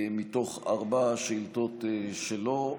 מתוך ארבע שאילתות שלו,